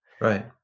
Right